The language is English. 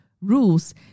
rules